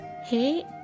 Hey